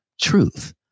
truth